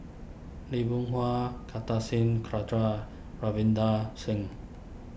Lee Boon Hua Kartar Singh Thakral Ravinder Singh